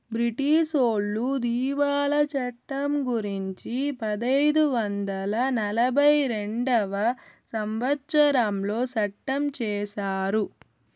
బ్రిటీసోళ్లు దివాళా చట్టం గురుంచి పదైదు వందల నలభై రెండవ సంవచ్చరంలో సట్టం చేశారు